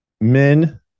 men